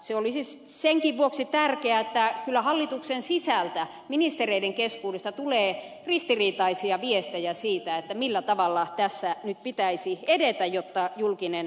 se olisi senkin vuoksi tärkeää että kyllä hallituksen sisältä ministereiden keskuudesta tulee ristiriitaisia viestejä siitä millä tavalla tässä nyt pitäisi edetä jotta julkinen talous tasapainotetaan